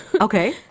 Okay